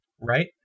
Right